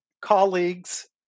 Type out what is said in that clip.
colleagues